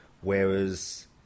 Whereas